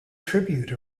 tribute